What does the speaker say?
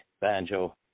banjo